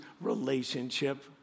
relationship